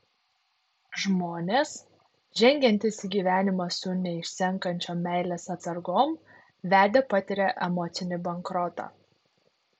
žmonės žengiantys į gyvenimą su neišsenkančiom meilės atsargom vedę patiria emocinį bankrotą